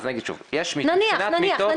נניח.